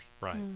Right